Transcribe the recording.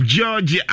George